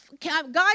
God